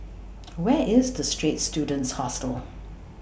Where IS The Straits Students Hostel